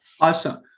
awesome